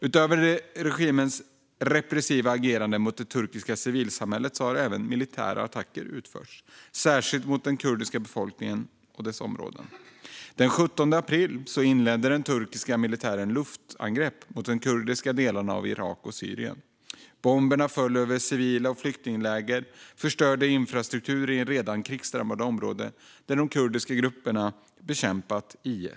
Utöver regimens repressiva agerande mot det turkiska civilsamhället har även militära attacker utförts, särskilt mot den kurdiska befolkningen och dess områden. Den 17 april inledde den turkiska militären luftangrepp mot de kurdiska delarna av Irak och Syrien. Bomber föll över civila och flyktingläger och förstörde infrastruktur i ett redan krigsdrabbat område där de kurdiska grupperna bekämpat IS.